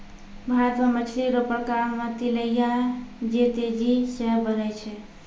भारत मे मछली रो प्रकार मे तिलैया जे तेजी से बड़ै छै